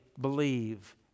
believe